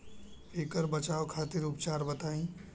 ऐकर बचाव खातिर उपचार बताई?